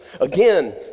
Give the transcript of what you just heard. Again